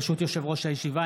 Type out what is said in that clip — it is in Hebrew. ברשות יושב-ראש הישיבה,